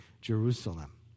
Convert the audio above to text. Jerusalem